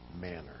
manner